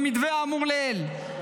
במתווה האמור לעיל,